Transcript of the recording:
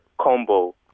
combo